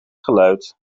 geluid